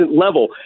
level